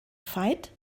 fight